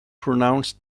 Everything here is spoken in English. pronounced